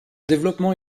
développement